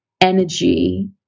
energy